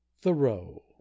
thoreau